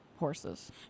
horses